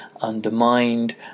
undermined